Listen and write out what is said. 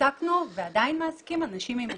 העסקנו ועדיין מעסיקים אנשים עם מוגבלות,